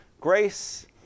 grace